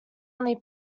only